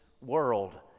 world